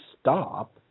stop